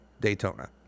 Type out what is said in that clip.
Daytona